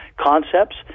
concepts